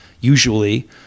usually